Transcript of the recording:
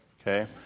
Okay